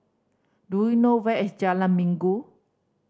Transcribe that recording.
do you know where is Jalan Minggu